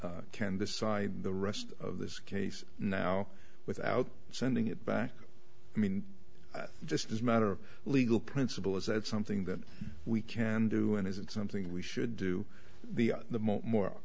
can decide the rest of this case now without sending it back i mean just as a matter of legal principle is it something that we can do and is it something we should do the